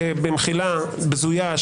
במחילה בזויה,